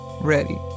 ready